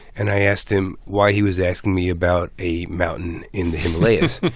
and i asked him why he was asking me about a mountain in the himalayas